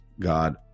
God